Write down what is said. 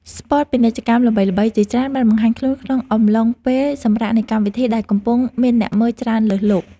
ស្ពតពាណិជ្ជកម្មល្បីៗជាច្រើនបានបង្ហាញខ្លួនក្នុងអំឡុងពេលសម្រាកនៃកម្មវិធីដែលកំពុងមានអ្នកមើលច្រើនលើសលប់។